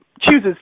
chooses